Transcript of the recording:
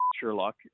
Sherlock